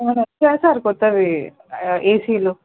sir వచ్చాయా sir కొత్తవి ఏసీలు